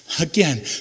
again